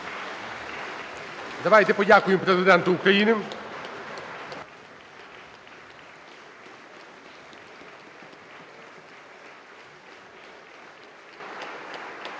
Давайте подякуємо Президенту України.